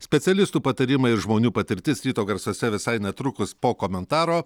specialistų patarimai ir žmonių patirtis ryto garsuose visai netrukus po komentaro